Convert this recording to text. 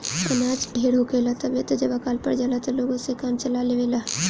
अनाज ढेर होखेला तबे त जब अकाल पड़ जाला त लोग ओसे काम चला लेवेला